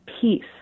peace